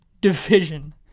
division